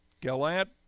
Gallant